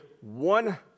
one